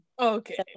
okay